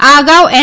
આ અગાઉ એન